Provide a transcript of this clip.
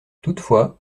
toutefois